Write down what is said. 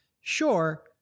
Sure